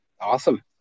Awesome